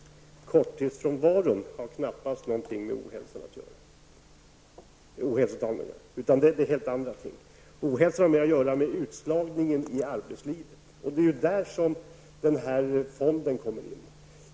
Korttidsfrånvaron har knappast något med ohälsotalet att göra, utan den handlar om något helt annat. Ohälsotalet har med utslagningen i arbetslivet att göra. Och det är där som arbetslivsfonden kommer in i bilden.